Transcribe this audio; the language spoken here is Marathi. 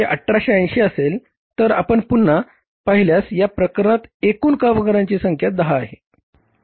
जर हे 1880 असेल तर आपण पुन्हा पाहिल्यास या प्रकरणात एकूण कामगारांची संख्या 10 आहे